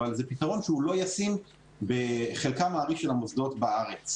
אבל צריך לראות שהוא לא ישים בחלקם הארי של המוסדות בארץ.